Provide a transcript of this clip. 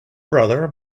brother